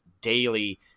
daily